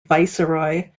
viceroy